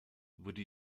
wurde